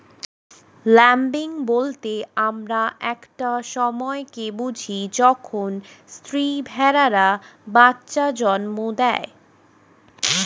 lambing বলতে আমরা একটা সময় কে বুঝি যখন স্ত্রী ভেড়ারা বাচ্চা জন্ম দেয়